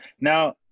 now